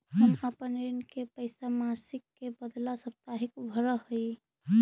हम अपन ऋण के पैसा मासिक के बदला साप्ताहिक भरअ ही